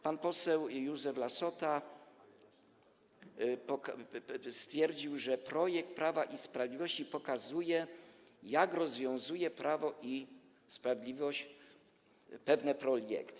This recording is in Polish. Pan poseł Józef Lassota stwierdził, że projekt Prawa i Sprawiedliwości pokazuje, jak rozwiązuje Prawo i Sprawiedliwość pewne kwestie.